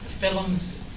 films